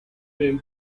film